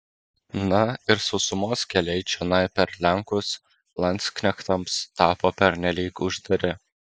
na ir sausumos keliai čionai per lenkus landsknechtams tapo pernelyg uždari